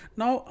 now